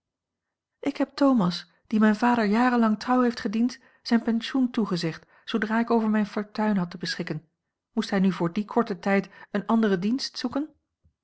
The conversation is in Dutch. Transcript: ik heb thomas die mijn vader jarenlang trouw heeft gediend zijn pensioen toegezegd zoodra ik over mijne fortuin had te beschikken moest hij nu voor dien korten tijd een anderen dienst zoeken